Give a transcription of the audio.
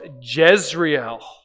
Jezreel